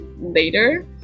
later